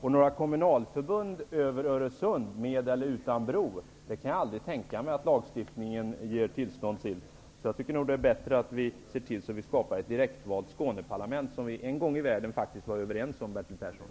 Jag kan aldrig tänka mig att lagstiftningen medger några kommunalförbund över Öresund, med eller utan bro. Jag tycker nog att det är bättre att skapa ett direktvalt Skåneparlament, som vi en gång i världen faktiskt var överens om, Bertil Persson.